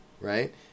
right